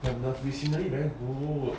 and the scenery very good